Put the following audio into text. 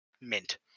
Mint